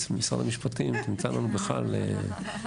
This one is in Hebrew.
ממשרד המשפטים תמצא לנו בכלל פתרונות כלליים.